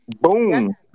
boom